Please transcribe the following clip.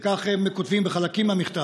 וכך הם כותבים בחלקים מהמכתב: